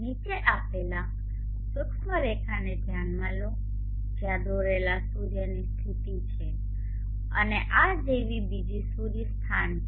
નીચે આપેલ સૂક્ષ્મરેખાને ધ્યાનમાં લો જ્યાં દોરેલા સૂર્યની સ્થિતિ છે અને આ જેવી બીજી સૂર્ય સ્થાન છે